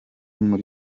muri